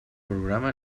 programa